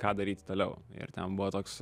ką daryti toliau ir ten buvo toks